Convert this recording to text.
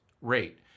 rate